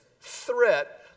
threat